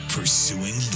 Pursuing